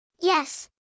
Yes